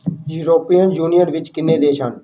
European Union ਵਿੱਚ ਕਿੰਨੇ ਦੇਸ਼ ਹਨ